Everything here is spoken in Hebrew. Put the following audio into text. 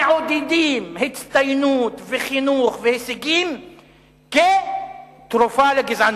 מעודד הצטיינות וחינוך והישגים כתרופה לגזענות,